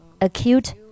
acute